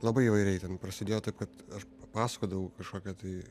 labai įvairiai ten prasidėjo taip kad aš pasakodavau kažkokią tai